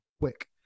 quick